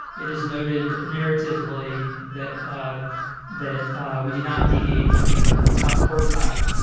it is noted narratively that that we do not deviate from being in the top quartile.